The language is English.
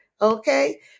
Okay